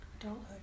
Adulthood